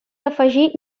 afegir